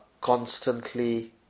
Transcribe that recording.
constantly